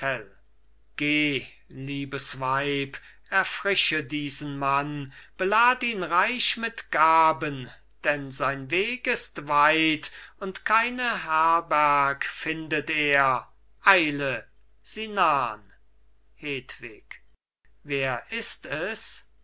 liebes weib erfrische diesen mann belad ihn reich mit gaben denn sein weg ist weit und keine herberg findet er eile sie nahn hedwig wer ist es